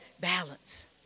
Balance